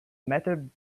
method